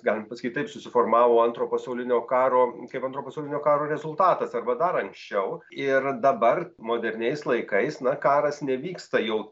galim pasakyt taip susiformavo antro pasaulinio karo kaip antro pasaulinio karo rezultatas arba dar anksčiau ir dabar moderniais laikais na karas nevyksta jau